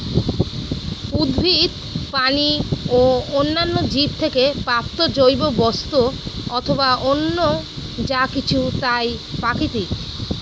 উদ্ভিদ, প্রাণী ও অন্যান্য জীব থেকে প্রাপ্ত জৈব বস্তু অথবা অন্য যা কিছু তাই প্রাকৃতিক